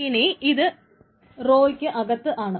ഇനി ഇത് റോയ്ക്ക് അകത്താണ്